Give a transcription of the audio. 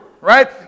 right